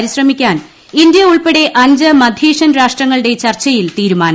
പരിശ്രമിക്കാൻ India ഉൾപ്പെടെ അഞ്ച് മധ്യേഷ്യൻ രാഷ്ട്രങ്ങളുടെ ചർച്ചയിൽ തീരുമാനം